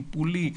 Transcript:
הטיפולי,